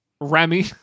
remy